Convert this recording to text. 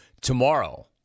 tomorrow